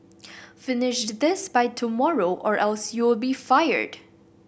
finish this by tomorrow or else you'll be fired